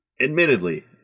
Admittedly